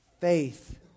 Faith